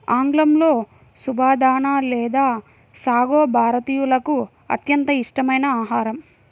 ఆంగ్లంలో సబుదానా లేదా సాగో భారతీయులకు అత్యంత ఇష్టమైన ఆహారం